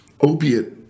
opiate